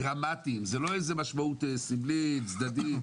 באמת דרמטית, זה לא רק משמעות סמלית צדדית.